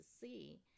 see